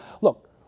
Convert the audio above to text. Look